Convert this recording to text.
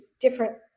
different